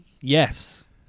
Yes